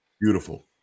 Beautiful